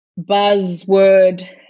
buzzword